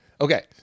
Okay